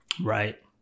right